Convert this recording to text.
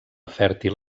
fèrtil